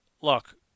look